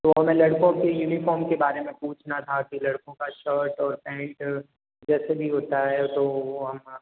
तो हमें लड़कों की यूनिफाॅर्म के बारे में पूछना था कि लड़कों का शर्ट और पैन्ट जैसे भी होता है तो वो हम